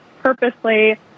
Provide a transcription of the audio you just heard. purposely